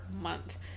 month